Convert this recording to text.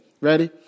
Ready